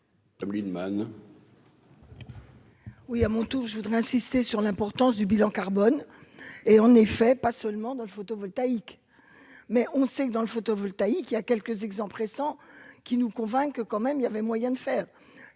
Oui, à mon tour, je voudrais insister sur l'importance du bilan carbone est en effet pas seulement dans le photovoltaïque, mais on sait que dans le photovoltaïque, il y a quelques exemples récents qui nous convainc que quand même il y avait moyen de faire